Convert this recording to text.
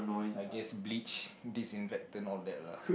I guess bleach disinfectant all that lah